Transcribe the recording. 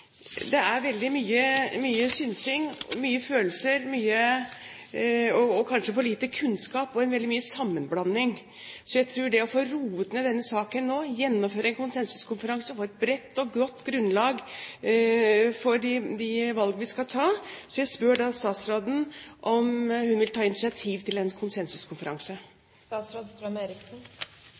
det er veldig mye synsing, mye følelser, kanskje for lite kunnskap og veldig mye sammenblanding. Jeg tror det er viktig å få roet ned denne saken nå, gjennomføre en konsensuskonferanse, og få et bredt og godt grunnlag for de valg vi skal ta. Så jeg spør da statsråden om hun vil ta initiativ til en